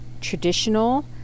traditional